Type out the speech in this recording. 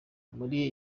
muri